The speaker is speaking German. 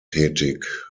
tätig